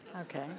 Okay